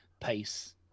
pace